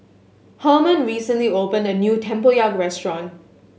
Herman recently opened a new tempoyak restaurant